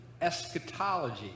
eschatology